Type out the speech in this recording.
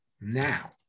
now